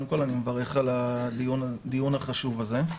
אני מברך על הדיון החשוב הזה.